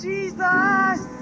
Jesus